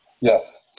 Yes